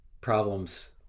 problems